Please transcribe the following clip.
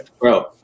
bro